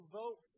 vote